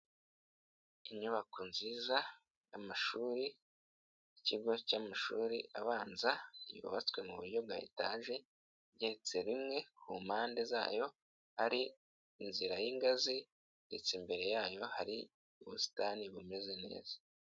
Inyubako nziza y'amashuri y'ikigo cy'amashuri abanza yubatswe mu buryo bwa etaje igeretse rimwe, ku mpande zayo hari inzira y'ingazi ndetse imbere yayo hari ubusitani bumeze neza.